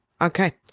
Okay